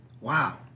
Wow